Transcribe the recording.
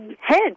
head